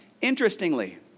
Interestingly